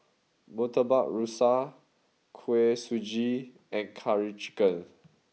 Murtabak Rusa Kuih Suji and Curry Chicken